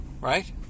Right